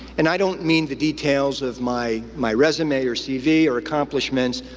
and i don't mean the details of my my resume or cv or accomplishments.